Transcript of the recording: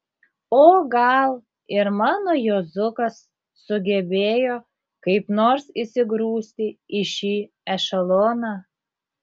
o gal ir mano juozukas sugebėjo kaip nors įsigrūsti į šį ešeloną